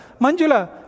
Manjula